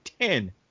ten